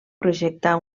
projectar